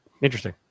interesting